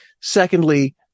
secondly